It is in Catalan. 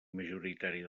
majoritària